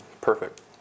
Perfect